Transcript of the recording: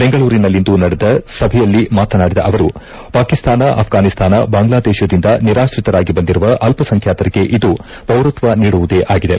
ಬೆಂಗಳೂರಿನಲ್ಲಿಂದು ನಡೆದ ಸಭೆಯಲ್ಲಿ ಮಾತನಾಡಿದ ಅವರು ಪಾಕಿಸ್ತಾನ ಅಪ್ರಾನಿಸ್ತಾನ ಬಾಂಗ್ಲಾದೇಶದಿಂದ ನಿರಾತ್ರಿತರಾಗಿ ಬಂದಿರುವ ಅಲ್ಪಸಂಖ್ಯಾತರಿಗೆ ಇದು ಪೌರತ್ತ ನೀಡುವುದೇ ಆಗಿದೆ